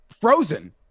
frozen